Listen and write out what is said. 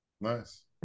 Nice